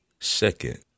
Second